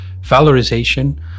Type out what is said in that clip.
valorization